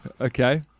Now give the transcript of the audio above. Okay